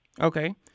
Okay